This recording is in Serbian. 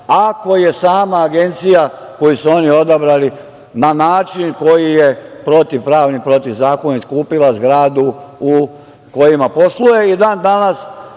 ako je sama Agencija, koju su oni odabrali na način koji je protivpravni i protivzakonit kupila zgradu u kojima posluje i dan danas.